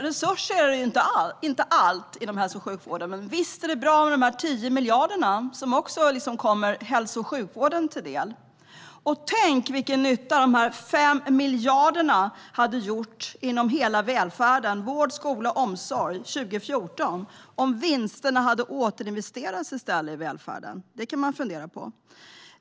Herr talman! Resurser är inte allt inom hälso och sjukvården, men visst är det bra med de 10 miljarderna som också kommer hälso och sjukvården till del! Och tänk vilken nytta de 5 miljarderna hade gjort inom hela välfärden 2014 - inom vård, skola och omsorg - om vinsterna i stället hade återinvesterats i välfärden! Det kan man fundera på.